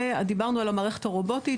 ודיברנו על המערכת הרובוטית,